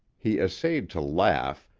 he essayed to laugh,